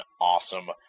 awesome